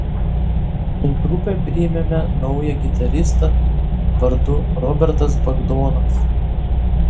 į grupę priėmėme naują gitaristą vardu robertas bagdonas